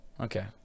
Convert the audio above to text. okay